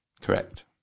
Correct